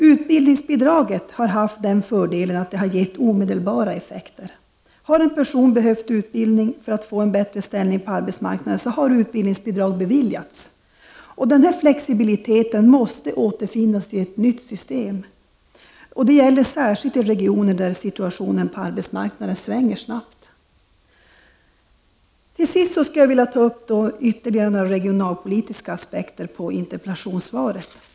Utbildningsbidraget har haft den fördelen att det har gett omedelbara effekter. Har en person behövt utbildning för att få en bättre ställning på arbetsmarknaden, har utbildningsbidrag beviljats. Denna flexibilitet måste återfinnas även i ett nytt system. Detta gäller särskilt i regioner där situationen på arbetsmarknaden svänger snabbt. Till sist vill jag ta upp några regionalpolitiska aspekter på interpellationssvaret.